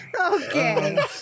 Okay